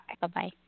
Bye-bye